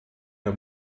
der